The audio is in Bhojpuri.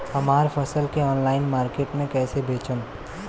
हमार फसल के ऑनलाइन मार्केट मे कैसे बेचम?